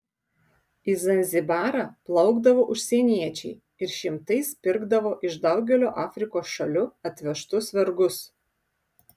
į zanzibarą plaukdavo užsieniečiai ir šimtais pirkdavo iš daugelio afrikos šalių atvežtus vergus